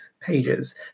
pages